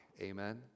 Amen